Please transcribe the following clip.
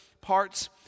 parts